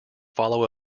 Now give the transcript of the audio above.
follow